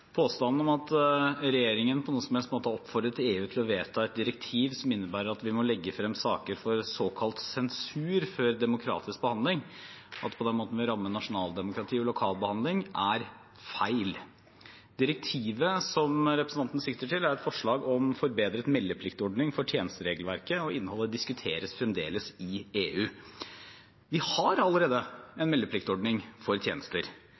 Påstanden om at regjeringen på noen som helst måte har oppfordret EU til å vedta et direktiv som innebærer at vi må legge frem saker for såkalt sensur før demokratisk behandling, og at det på den måten vil ramme nasjonaldemokratiet og lokalbehandling, er feil. Direktivet som representanten sikter til, er et forslag om forbedret meldepliktordning for tjenesteregelverket, og innholdet diskuteres fremdeles i EU. Vi har allerede en meldepliktordning for tjenester.